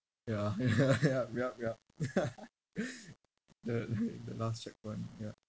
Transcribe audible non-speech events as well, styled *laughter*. ya *laughs* ya yup yup yup *laughs* the *laughs* the last checkpoint yup